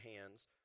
hands